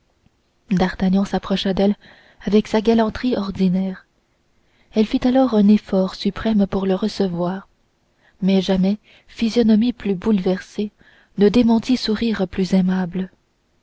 d'artagnan s'approcha d'elle avec sa galanterie ordinaire elle fit alors un effort suprême pour le recevoir mais jamais physionomie plus bouleversée ne démentit sourire plus aimable